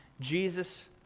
Jesus